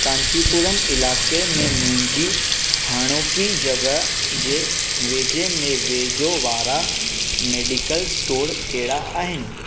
कांचीपुरम इलाइक़े में मुंहिंजी हाणोकी जॻह जे वेझे में वेझो वारा मेडिकल स्टोर कहिड़ा आहिनि